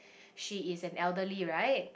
she is an elderly right